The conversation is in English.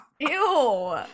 Ew